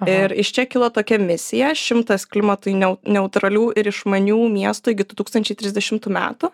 ir iš čia kilo tokia misija šimtas klimatui ne neutralių ir išmanių miestų iki du tūkstančiai trisdešimtų metų